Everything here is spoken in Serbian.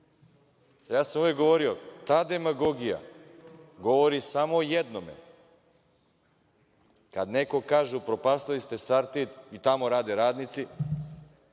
Ja sam uvek govorio, ta demagogija govori samo o jednome kad neko kaže upropastili ste „Sartid“ tamo rade radnici,